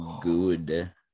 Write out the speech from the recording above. good